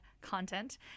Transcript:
content